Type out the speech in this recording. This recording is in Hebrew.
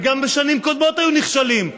וגם בשנים קודמות היו נכשלים.